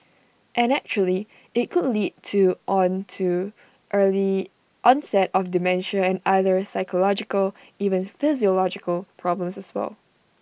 and actually IT could lead to on to early onset of dementia other psychological even physiological problems as well